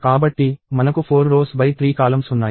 కాబట్టి మనకు 4 rows X 3 columns ఉన్నాయి